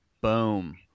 Boom